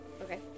Okay